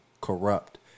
Corrupt